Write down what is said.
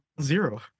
zero